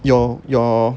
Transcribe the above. you your